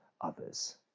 others